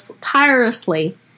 tirelessly